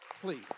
Please